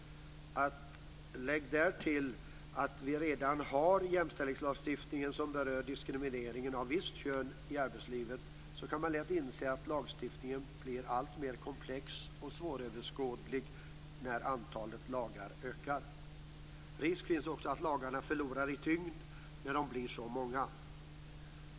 Lägg därtill att vi redan har jämställdhetslagstiftningen som berör diskriminering av visst kön i arbetslivet. Då kan man lätt inse att lagstiftningen blir alltmer komplex och svåröverskådlig när antalet lagar ökar. Risk finns också att lagarna förlorar i tyngd när de blir så många.